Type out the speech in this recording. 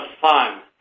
fun